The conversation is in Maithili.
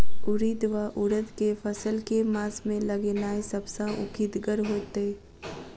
उड़ीद वा उड़द केँ फसल केँ मास मे लगेनाय सब सऽ उकीतगर हेतै?